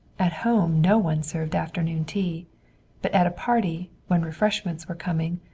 at home no one served afternoon tea but at a party, when refreshments were coming,